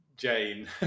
Jane